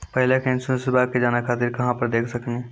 पहले के इंश्योरेंसबा के जाने खातिर कहां पर देख सकनी?